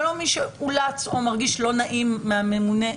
ולא מי שאולץ או מרגיש לא נעים מהנאמן.